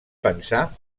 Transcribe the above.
pensar